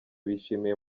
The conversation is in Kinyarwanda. bishimiye